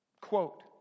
quote